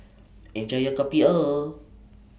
Enjoy your Kopi O